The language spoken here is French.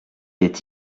est